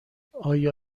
آیا